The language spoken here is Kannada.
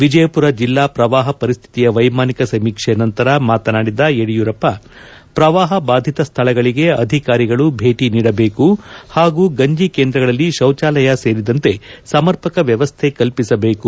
ವಿಜಯಪುರ ಜಿಲ್ಲಾ ಪ್ರವಾಹ ಪರಿಸ್ತಿತಿಯ ವೈಮಾನಿಕ ಸಮೀಕ್ಷೆ ನಂತರ ಮಾತನಾಡಿದ ಯಡಿಯೂರಪ್ಪ ಪ್ರವಾಹ ಬಾಧಿತ ಸ್ಥಳಗಳಿಗೆ ಅಧಿಕಾರಿಗಳು ಭೇಟಿ ನೀಡಬೇಕು ಹಾಗೂ ಗಂಜಿ ಕೇಂದ್ರಗಳಲ್ಲಿ ಶೌಚಾಲಯ ಸೇರಿದಂತೆ ಸಮರ್ಪಕ ವ್ಯವಸ್ಥೆ ಕಲ್ಪಿಸಬೇಕು